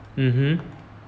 mmhmm